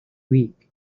week